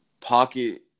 pocket